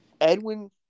Edwin